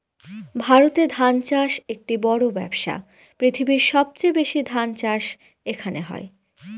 ভারতে ধান চাষ একটি বড়ো ব্যবসা, পৃথিবীর সবচেয়ে বেশি ধান চাষ এখানে হয়